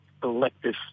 collective